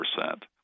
percent